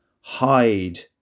Hide